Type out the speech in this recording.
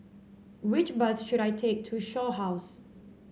which bus should I take to Shaw House